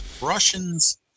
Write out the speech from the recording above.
Russians